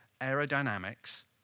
aerodynamics